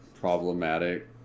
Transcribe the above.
problematic